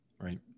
right